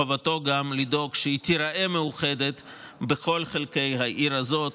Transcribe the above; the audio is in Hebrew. חובתו גם לדאוג שהיא תיראה מאוחדת בכל חלקי העיר הזאת.